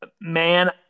man